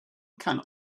can